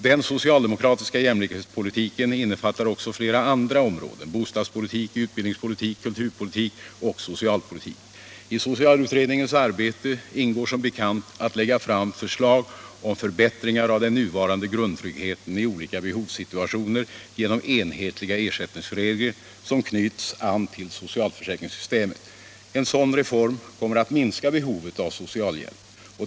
Den socialdemokratiska jämlikhetspolitiken innefattar också flera andra områden — bostadspolitik, utbildningspolitik, kulturpolitik och socialpolitik. I socialutredningens arbete ingår som bekant att lägga fram förslag om förbättringar av den nuvarande grundtryggheten i olika behovssituationer genom enhetliga ersättningsregler som knyter an till socialförsäkringssystemet. En sådan reform kommer att minska behovet av socialhjälp.